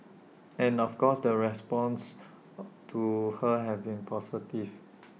and of course the responses to her have been positive